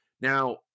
Now